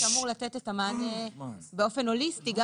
שאמור לתת את המענה באופן הוליסטי גם